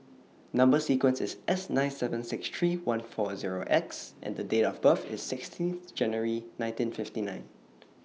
Number sequence IS S nine seven six three one four Zero X and Date of birth IS sixteenth January nineteen fifty nine